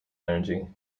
energy